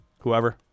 whoever